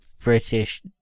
British